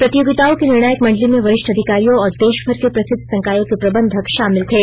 प्रतियोगिताओं के निर्णायक मंडली में वरिष्ठ अधिकारियों और देशभर के प्रसिद्ध संकायों के प्रबंधक शामिल थे